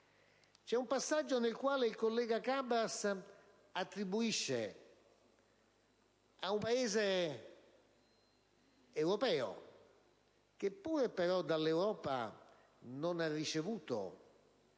In un passaggio del suo intervento, il collega Cabras attribuisce a un Paese europeo che pure dall'Europa non ha ricevuto